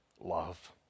love